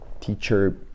teacher